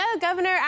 Governor